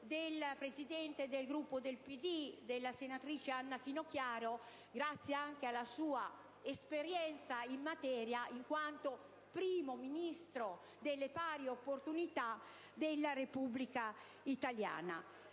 dalla Presidente del Gruppo del PD, senatrice Anna Finocchiaro, grazie anche alla sua esperienza in materia in quanto primo Ministro delle pari opportunità della Repubblica italiana.